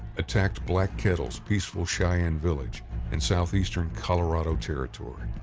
attacked black kettle's peaceful cheyenne village in southeastern colorado territory.